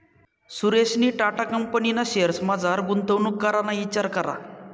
सुरेशनी टाटा कंपनीना शेअर्समझार गुंतवणूक कराना इचार करा